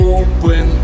open